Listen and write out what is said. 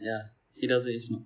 ya he doesn't really smoke